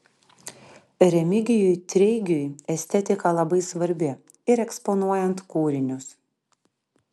remigijui treigiui estetika labai svarbi ir eksponuojant kūrinius